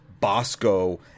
Bosco